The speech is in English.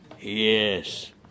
Yes